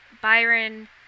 Byron